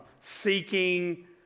seeking